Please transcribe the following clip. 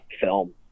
film